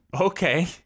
Okay